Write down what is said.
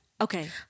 Okay